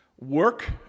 work